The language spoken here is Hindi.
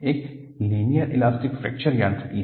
एक लीनियर इलास्टिक फ्रैक्चर यांत्रिकी है